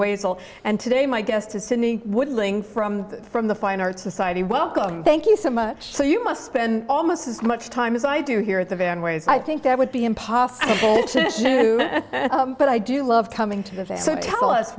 ways and today my guest is sidney would link from from the fine art society welcome thank you so much so you must spend almost as much time as i do here at the van ways i think that would be impossible but i do love coming to